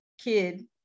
kid